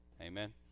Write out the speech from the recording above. Amen